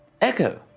echo